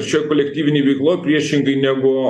šioj kolektyvinėj veikloj priešingai negu